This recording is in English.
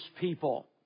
people